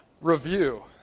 review